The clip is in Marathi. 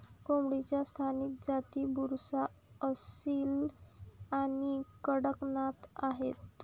कोंबडीच्या स्थानिक जाती बुसरा, असील आणि कडकनाथ आहेत